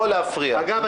אגב,